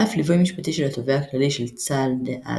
על אף ליווי משפטי של התובע הכללי של צה"ל דאז,